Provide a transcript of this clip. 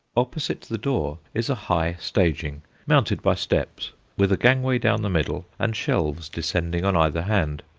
opposite the door is a high staging, mounted by steps, with a gangway down the middle and shelves descending on either hand.